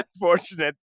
unfortunate